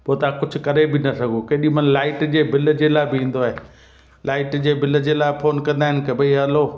पोइ तव्हां कुझु करे बि न सघो केॾीमहिल लाइट जे बिल जे लाइ बि ईंदो आहे लाइट जे बिल जे लाइ फोन कंदा आहिनि की भई हैलो